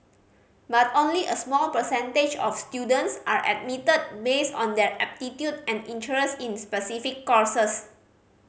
but only a small percentage of students are admitted based on their aptitude and interest in specific courses